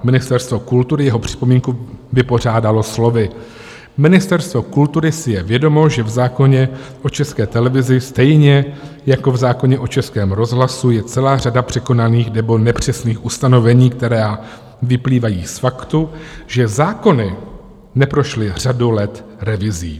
Ministerstvo kultury jeho připomínku vypořádalo slovy: Ministerstvo kultury si je vědomo, že v zákoně o České televizi stejně jako v zákoně o Českém rozhlasu je celá řada překonaných nebo nepřesných ustanovení, která vyplývají z faktu, že zákony neprošly řadu let revizí.